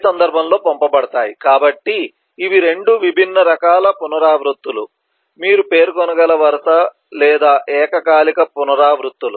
కాబట్టి ఇవి 2 విభిన్న రకాల పునరావృత్తులు మీరు పేర్కొనగల వరుస లేదా ఏకకాలిక పునరావృత్తులు